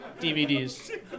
DVDs